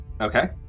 Okay